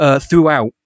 throughout